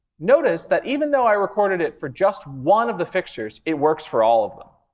notice that even though i recorded it for just one of the fixtures, it works for all of them.